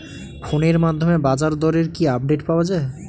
ফোনের মাধ্যমে বাজারদরের কি আপডেট পাওয়া যায়?